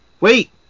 Wait